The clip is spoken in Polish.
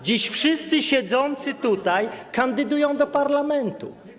Dziś wszyscy siedzący tutaj kandydują do parlamentu.